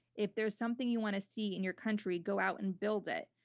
if there's something you want to see in your country, go out and build it.